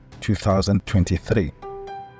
2023